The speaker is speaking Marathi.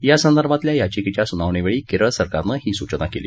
या संदर्भातील याचिकेंच्या सुनावणी वेळी केरळ सरकारनं ही सूचना केली